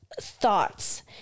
thoughts